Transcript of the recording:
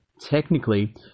technically